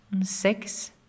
six